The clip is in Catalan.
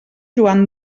joan